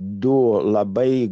du labai